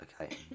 Okay